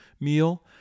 meal